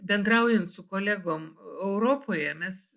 bendraujant su kolegom europoje mes